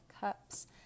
cups